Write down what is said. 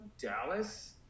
Dallas